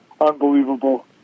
unbelievable